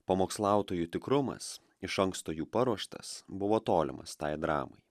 pamokslautojų tikrumas iš anksto jų paruoštas buvo tolimas tai dramai